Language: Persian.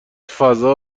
فضا